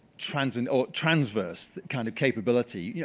transverse transverse kind of capability, yeah